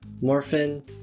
morphine